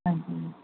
ਹਾਂਜੀ